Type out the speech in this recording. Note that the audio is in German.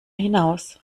hinaus